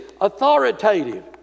authoritative